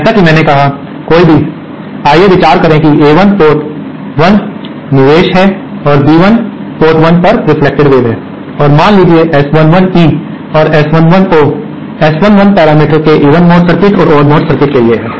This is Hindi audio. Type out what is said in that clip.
जैसा कि मैंने कहा कोई भी आइए विचार करें कि A1 पोर्ट 1 निवेश है और बी 1 पोर्ट 1 पर रेफ्लेक्टेड वेव है और मान लीजिए S11E और S11O S11 पैरामीटर के इवन मोड सर्किट और ओड मोड सर्किट के लिए हैं